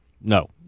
No